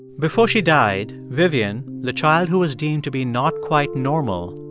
before she died, vivian, the child who was deemed to be not quite normal,